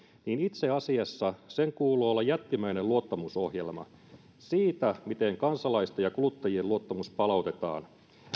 itse asiassa kuuluu olla jättimäinen luottamusohjelma siitä miten kansalaisten ja kuluttajien luottamus palautetaan